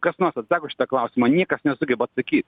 kas nors atsako į šitą klausimą niekas nesugeba atsakyt